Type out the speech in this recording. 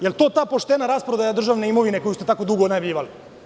Da li je to ta poštena rasprodaja državne imovine koju ste tako dugo najavljivali?